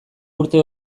urte